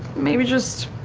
maybe just